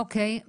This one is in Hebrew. אוקיי,